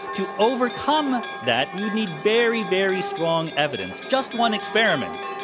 to overcome that, we would need very, very strong evidence, just one experiment,